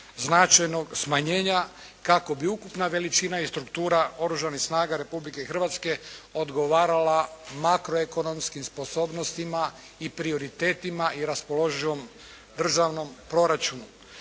značajnog smanjenja kako bi ukupna veličina i struktura Oružanih snaga Republike Hrvatske odgovarala makroekonomskim sposobnostima i prioritetima i raspoloživom državnom proračunu.